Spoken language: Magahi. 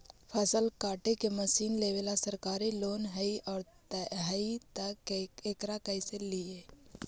फसल काटे के मशीन लेबेला सरकारी लोन हई और हई त एकरा कैसे लियै?